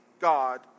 God